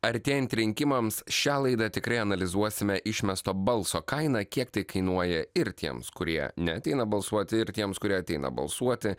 artėjant rinkimams šią laidą tikrai analizuosime išmesto balso kainą kiek tai kainuoja ir tiems kurie neateina balsuoti ir tiems kurie ateina balsuoti